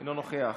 אינו נוכח,